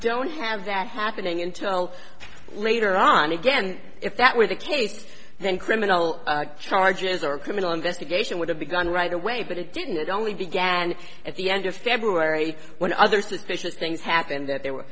don't have that happening until later on again if that were the case then criminal charges or criminal investigation would have begun right away but it didn't it only began at the end of february when other suspicious things happened that there were